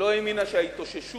שלא האמינה שההתאוששות